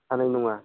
हानाय नङा